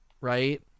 right